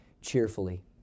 cheerfully